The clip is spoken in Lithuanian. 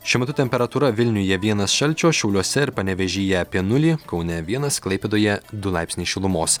šiuo metu temperatūra vilniuje vienas šalčio šiauliuose ir panevėžyje apie nulį kaune vienas klaipėdoje du laipsniai šilumos